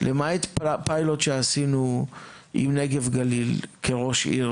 למעט פיילוט שעשינו עם נגב גליל כראש עיר,